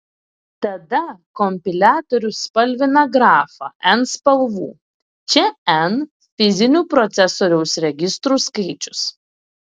tada kompiliatorius spalvina grafą n spalvų čia n fizinių procesoriaus registrų skaičius